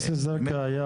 א-זרקא.